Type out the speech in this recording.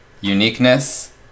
uniqueness